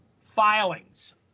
filings